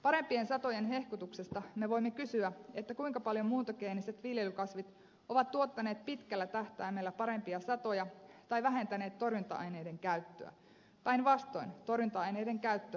parempien satojen hehkutuksesta me voimme kysyä kuinka paljon muuntogeeniset viljelykasvit ovat tuottaneet pitkällä tähtäimellä parempia satoja tai vähentäneet torjunta aineiden käyttöä päinvastoin torjunta aineiden käyttö on lisääntynyt